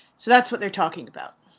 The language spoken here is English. so that's what they're talking about.